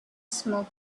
smoke